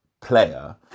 player